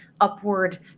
upward